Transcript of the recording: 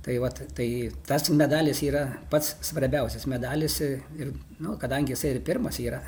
tai vat tai tas medalis yra pats svarbiausias medalis ir nu kadangi jisai ir pirmas yra